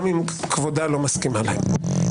גם אם כבודה לא מסכימה להם.